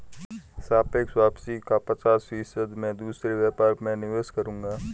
सापेक्ष वापसी का पचास फीसद मैं दूसरे व्यापार में निवेश करूंगा